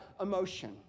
emotion